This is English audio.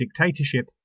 dictatorship